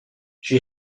she